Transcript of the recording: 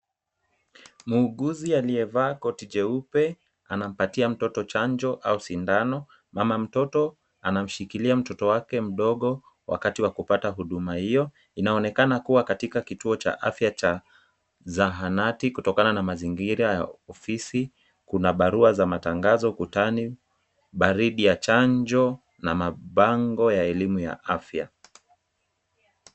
Muuguzi aliyevaa koti jeupe anampatia mtoto chanjo au sindano. Mama mtoto anamshikilia mtoto wake mdogo wakati wa kupata huduma hiyo. Inaonekana kuwa katika kituo cha afya cha Zahanati kutokana na mazingira ya ofisi, kuna barua za matangazo ukutani, baridi ya chanjo na mabango ya elimu ya afya.